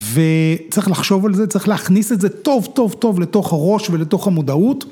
וצריך לחשוב על זה, צריך להכניס את זה טוב טוב טוב לתוך הראש ולתוך המודעות.